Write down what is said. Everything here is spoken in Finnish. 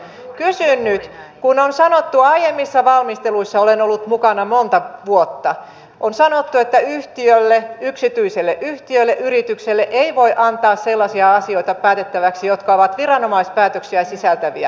kysyn nyt kun on sanottu aiemmissa valmisteluissa joissa olen ollut mukana monta vuotta että yksityiselle yhtiölle yritykselle ei voi antaa sellaisia asioita päätettäväksi jotka ovat viranomaispäätöksiä sisältäviä